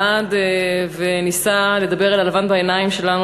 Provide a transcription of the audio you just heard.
עמד וניסה לדבר אל הלבן בעיניים שלנו,